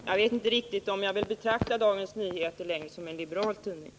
Herr talman! Jag vet inte om jag vill betrakta Dagens Nyheter som en liberal tidning.